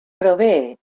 provee